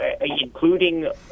including